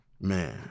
Man